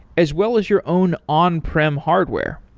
as well as your own on-prem hardware.